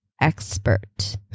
expert